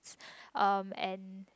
um and